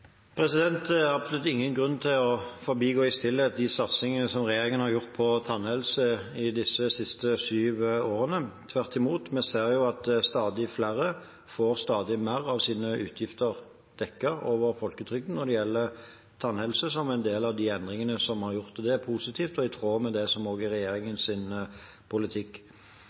er absolutt ingen grunn til å forbigå i stillhet de satsingene som regjeringen har hatt på tannhelse de siste syv årene – tvert imot. Vi ser at som en del av de endringene vi har gjort, får stadig flere stadig mer av sine utgifter når det gjelder tannhelse, dekket over folketrygden. Det er positivt og i tråd med det som også er regjeringens politikk.